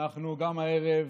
גם הערב